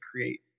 create